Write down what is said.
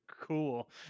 Cool